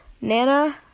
Nana